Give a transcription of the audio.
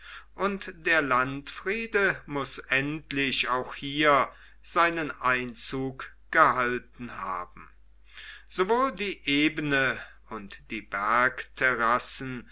und der landfriede muß endlich auch hier seinen einzug gehalten haben sowohl die ebene und die